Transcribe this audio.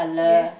yes